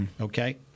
Okay